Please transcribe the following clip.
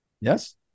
Yes